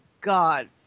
God